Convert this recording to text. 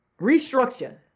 Restructure